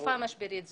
בתקופה משברית זו.